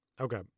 okay